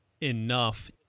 enough